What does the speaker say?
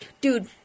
dude